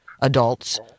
adults